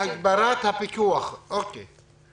--- הגברת הפיקוח, אוקיי.